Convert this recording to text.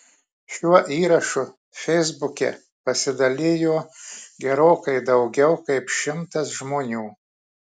šiuo įrašu feisbuke pasidalijo gerokai daugiau kaip šimtas žmonių